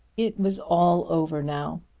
it was all over now.